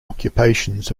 occupations